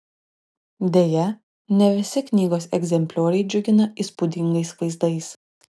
deja ne visi knygos egzemplioriai džiugina įspūdingais vaizdais